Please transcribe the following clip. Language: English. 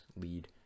lead